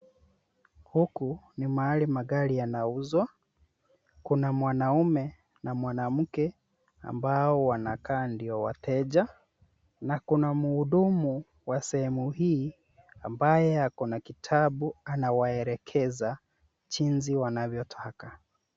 Huku ni mahali magari yanauzwa. Kuna mwanaume na mwanamke ambao wanakaa ndio wateja, na kuna mhudumu wa sehemu hii ambaye ako na kitabu anawaelekeza jinsi wanavyotaka.